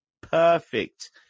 perfect